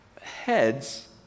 heads